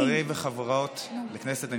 חברים וחברות בכנסת הנכבדה,